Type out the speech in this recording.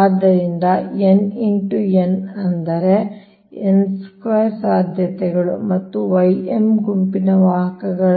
ಆದ್ದರಿಂದ n x n ಅಂದರೆ n² ಸಾಧ್ಯತೆಗಳು ಮತ್ತು y m ಗುಂಪಿನ ವಾಹಕಗಳ